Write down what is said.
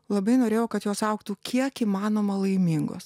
labai norėjau kad jos augtų kiek įmanoma laimingos